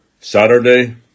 Saturday